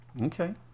Okay